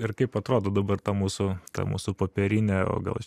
ir kaip atrodo dabar ta mūsų ta mūsų popierinė o gal iš